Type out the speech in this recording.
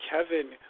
Kevin